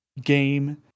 game